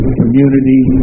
community